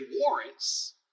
warrants